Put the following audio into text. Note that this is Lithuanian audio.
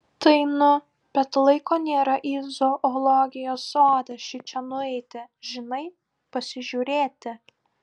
tai nu bet laiko nėra į zoologijos sodą šičia nueiti žinai pasižiūrėti